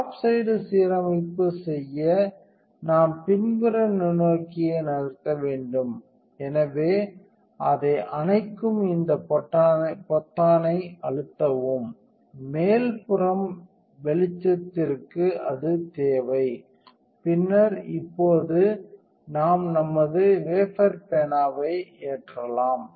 top side சீரமைப்பு செய்ய நாம் பின்புற நுண்ணோக்கியை நகர்த்த வேண்டும் எனவே அதை அணைக்கும் இந்த பொத்தானை அழுத்தவும் மேல்புறம் வெளிச்சத்திற்கு அது தேவை பின்னர் இப்போது நாம் நமது வேஃபர் பேனாவை ஏற்றலாம்